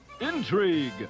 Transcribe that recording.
intrigue